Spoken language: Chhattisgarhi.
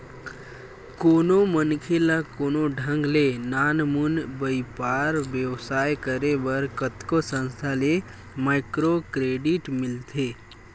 कोनो मनखे ल कोनो ढंग ले नानमुन बइपार बेवसाय करे बर कतको संस्था ले माइक्रो क्रेडिट मिलथे